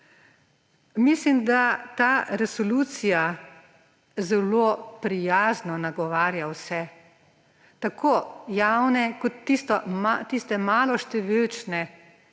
Mislim, da ta resolucija zelo prijazno nagovarja vse, tako javne kot tiste maloštevilčne